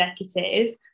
executive